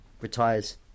retires